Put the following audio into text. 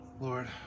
lord